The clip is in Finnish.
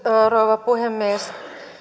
rouva puhemies